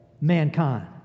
mankind